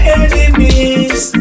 enemies